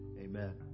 Amen